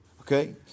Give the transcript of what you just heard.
okay